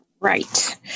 Right